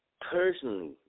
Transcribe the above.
personally